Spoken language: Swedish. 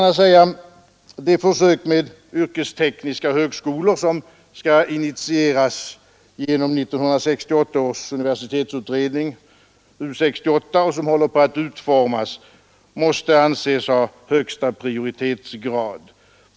De försök med yrkestekniska högskolor som skall initieras genom 1968 års universitetsutredning och som håller på att utformas måste anses ha högsta prioritetsgrad.